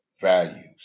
values